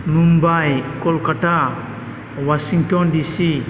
Mumbai Kolkata Washington DC